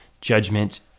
judgment